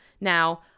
Now